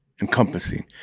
encompassing